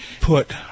Put